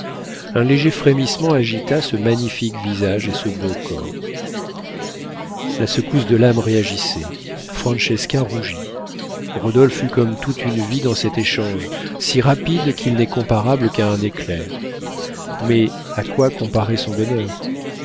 un léger frémissement agita ce magnifique visage et ce beau corps la secousse de l'âme réagissait francesca rougit rodolphe eut comme toute une vie dans cet échange si rapide qu'il n'est comparable qu'à un éclair mais à quoi comparer son bonheur